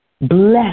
Bless